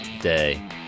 day